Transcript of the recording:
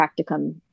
practicum